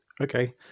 okay